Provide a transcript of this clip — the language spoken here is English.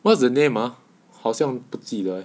what's the name ah 好像不记得